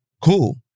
cool